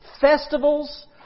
festivals